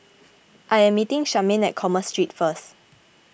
I am meeting Charmaine at Commerce Street first